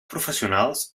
professionals